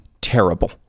terrible